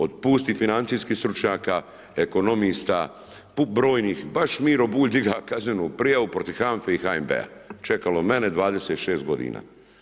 Od pustih financijskih stručnjaka, ekonomista, brojnih, baš Miro Bulj dignuo kaznenu prijavu protiv HANFA-e i HNB-a, čekalo mene 26 godina.